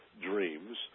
dreams